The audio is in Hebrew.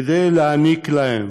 כדי להעניק להם